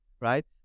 right